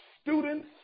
students